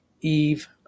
Eve